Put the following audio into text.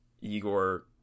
igor